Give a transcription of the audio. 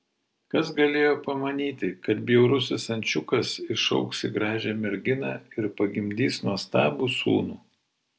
kas galėjo pamanyti kad bjaurusis ančiukas išaugs į gražią merginą ir pagimdys nuostabų sūnų